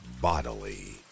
Bodily